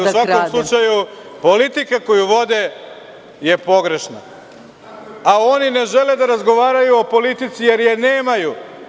U svakom slučaju, politika koju vode je pogrešna, a oni ne žele da razgovaraju o politici jer je nemaju.